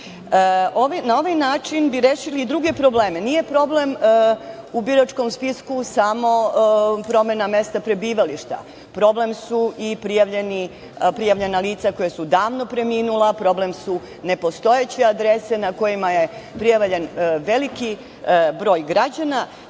Na ovaj način bi rešili i druge probleme. Nije problem u biračkom spisku samo promena mesta prebivališta. Problem su i prijavljena lica koja su davno preminula, problem su nepostojeće adrese na kojima je prijavljen veliki broj građana,